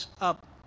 up